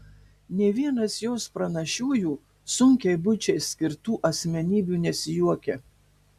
nė vienas jos pranašiųjų sunkiai buičiai skirtų asmenybių nesijuokia